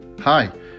Hi